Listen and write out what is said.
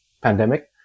pandemic